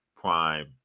prime